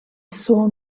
saw